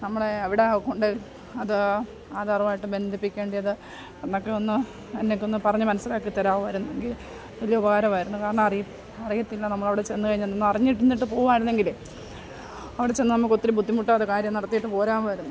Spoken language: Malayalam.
നമ്മൾ എവിടെയാണ് കൊണ്ട് അത് ആധാറുമായിട്ട് ബന്ധിപ്പിക്കേണ്ടത് എന്നൊക്കെ ഒന്ന് എനിക്കൊന്ന് പറഞ്ഞ് മനസ്സിലാക്കി തരാമായിരുന്നെങ്കിൽ വലിയ ഉപകാരമായിരുന്നു കാരണം അറി അറിയില്ല നമ്മൾ അവിടെച്ചെന്ന് കഴിഞ്ഞൊന്നും ഒന്ന് അറിഞ്ഞിരുന്നിട്ട് പോവാമായിരുന്നെങ്കിലേ അവിടെച്ചെന്ന് നമുക്ക് ഒത്തിരി ബുദ്ധിമുട്ടാതെ കാര്യം നടത്തിയിട്ട് പോരാമായിരുന്നു